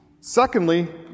Secondly